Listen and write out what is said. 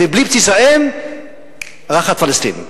ובלי בסיס האם, "ראחת פלסטין".